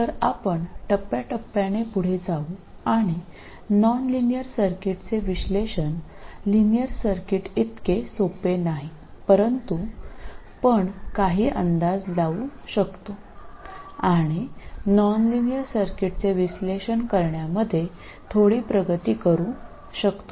तर आपण टप्प्याटप्प्याने पुढे जाऊ आणि नॉनलिनियर सर्किट्सचे विश्लेषण लिनियर सर्किट्सइतके सोपे नाही परंतु पण काही अंदाज लावू शकतो आणि नॉनलिनियर सर्किट्सचे विश्लेषण करण्यामध्ये थोडी प्रगती करू शकतो